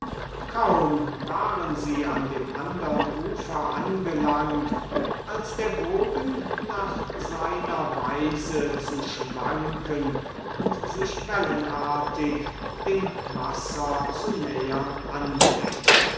kaum waren sie an dem andern ufer angelangt als der bogen nach seiner weise zu schwanken und sich wellenartig dem wasser zu nähern anfing